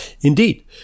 Indeed